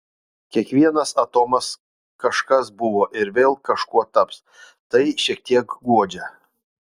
kiekvienas atomas kažkas buvo ir vėl kažkuo taps tai šiek tiek guodžia